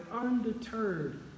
undeterred